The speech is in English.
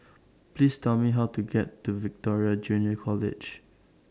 Please Tell Me How to get to Victoria Junior College